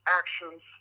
actions